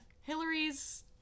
Hillary's